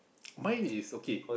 mine is okay